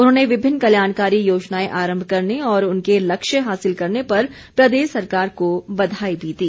उन्होंने विभिन्न कल्याणकारी योजनाएं आरम्भ करने और उनके लक्ष्य हासिल करने पर प्रदेश सरकार को बधाई भी दी